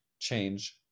change